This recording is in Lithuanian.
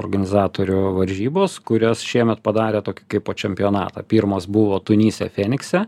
organizatorių varžybos kurias šiemet padarė tokį kaip po čempionatą pirmos buvo tunise fenikse